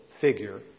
figure